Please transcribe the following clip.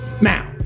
Now